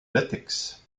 latex